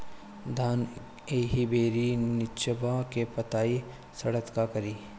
धान एही बेरा निचवा के पतयी सड़ता का करी?